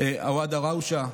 עווד דראושה,